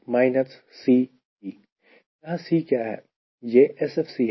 यह SFC है